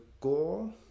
goal